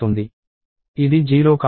ఇది 0 కాదు